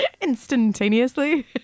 instantaneously